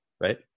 right